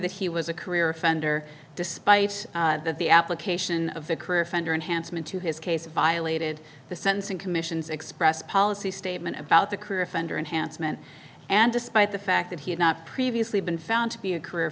that he was a career offender despite the application of the career offender unhandsome into his case violated the sentencing commission's express policy statement about the career of fender and hanson and despite the fact that he had not previously been found to be a career